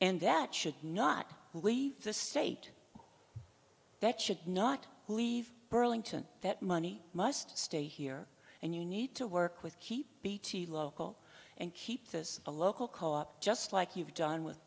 and that should not leave the state that should not leave burlington that money must stay here and you need to work with keep beattie local and keep this a local call up just like you've done with